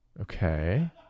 Okay